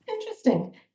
interesting